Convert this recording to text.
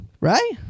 right